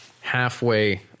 halfway